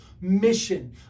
mission